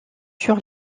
sur